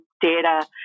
data